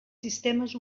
sistemes